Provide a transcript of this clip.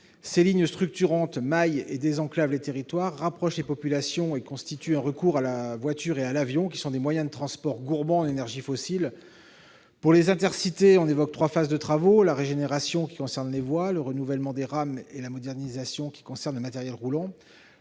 Ces lignes structurantes maillent et désenclavent les territoires, rapprochent les populations et constituent une alternative à la voiture et à l'avion, moyens de transport gourmands en énergies fossiles Pour les trains Intercités, on distingue trois phases de travaux : la régénération des voies, le renouvellement des rames et la modernisation du matériel roulant.